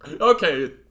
Okay